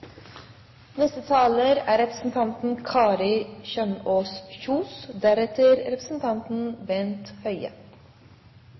Neste taler er Ingjerd Schou. Representanten